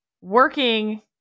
working